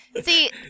See